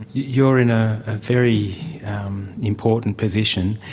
you're in a very important position.